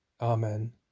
Amen